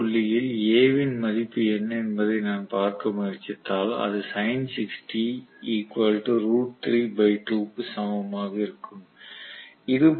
இந்த புள்ளியில் A இன் மதிப்பு என்ன என்பதை நான் பார்க்க முயற்சித்தால் அது க்கு சமமாக இருக்கும்